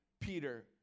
Peter